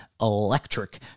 electric